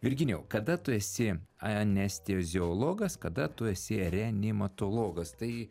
virginijau kada tu esi anesteziologas kada tu esi reanimatologas tai